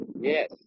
Yes